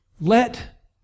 let